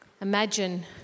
Imagine